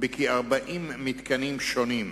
בכ-40 מתקנים שונים,